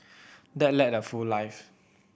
dad led a full life